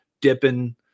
Dipping